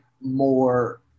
more